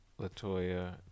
Latoya